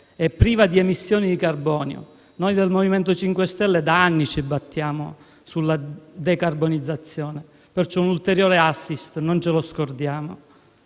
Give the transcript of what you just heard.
e priva di emissioni di carbonio noi del MoVimento 5 Stelle da anni ci battiamo sulla de carbonizzazione; é quindi un ulteriore *assist* che non dobbiamo